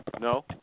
no